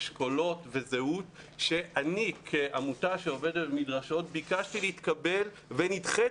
אשכולות וזהות שאני כעמותה שעובדת עם מדרשות ביקשתי להתקבל ונדחיתי.